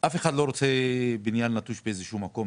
אף אחד לא רוצה בניין נטוש באיזה שהוא מקום,